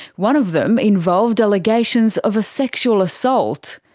one of them involved allegations of a sexual assault.